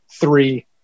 three